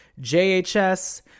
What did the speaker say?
JHS